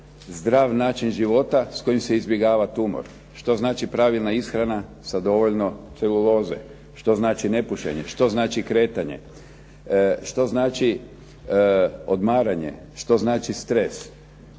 zdrav način života s kojim se izbjegava tumor, što znači pravilna ishrana sa dovoljno celuloze, što znači nepušenje, što znači kretanje, što znači odmaranje, što znači stres,